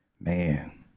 Man